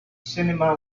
cinema